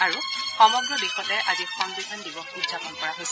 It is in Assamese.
আৰু সমগ্ৰ দেশতে আজি সংবিধান দিৱস উদযাপন কৰা হৈছে